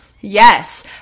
yes